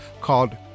called